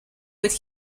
with